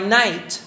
night